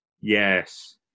Yes